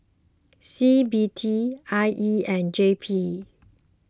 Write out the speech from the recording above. C B D I E and J P